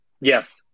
Yes